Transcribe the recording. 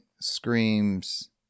screams